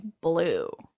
blue